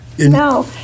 No